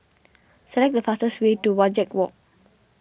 select the fastest way to Wajek Walk